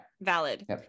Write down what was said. valid